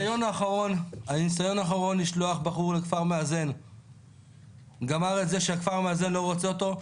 הניסיון האחרון לשלוח בחור לכפר מאזן נגמר בזה שכפר המאזן לא רוצה אותו.